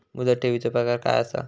मुदत ठेवीचो प्रकार काय असा?